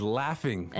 laughing